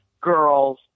girls